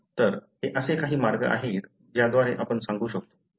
तर हे असे काही मार्ग आहेत ज्याद्वारे आपण सांगू शकतो